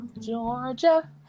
Georgia